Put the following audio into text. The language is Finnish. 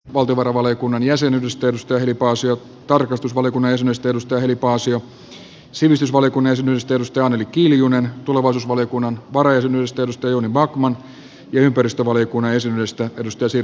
valiokuntapaikkojen järjestelyä varten pyytävät vapautusta heli paasio ulkoasiainvaliokunnan varajäsenyydestä valtiovarainvaliokunnan jäsenyydestä ja tarkastusvaliokunnan jäsenyydestä anneli kiljunen sivistysvaliokunnan jäsenyydestä jouni backman tulevaisuusvaliokunnan varajäsenyydestä sekä sirpa paatero ympäristövaliokunnan jäsenyydestä